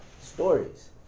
stories